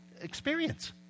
experience